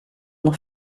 noch